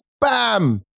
Bam